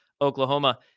Oklahoma